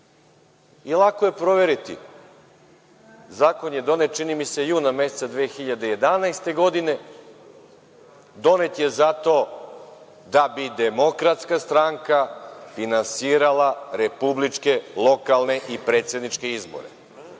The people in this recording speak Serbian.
Lako je proveriti, zakon je donet, čini mi se, juna meseca 2011. godine. Donet je zato da bi DS finansirala republičke, lokalne i predsedničke izbore.